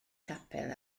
capel